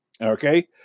Okay